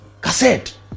cassette